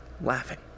laughing